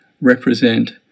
represent